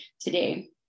today